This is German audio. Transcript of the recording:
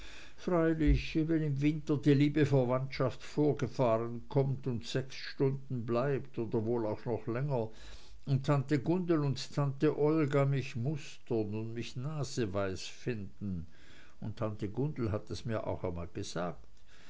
freilich wenn im winter die liebe verwandtschaft vorgefahren kommt und sechs stunden bleibt oder wohl auch noch länger und tante gundel und tante olga mich mustern und mich naseweis finden und tante gundel hat es mir auch mal gesagt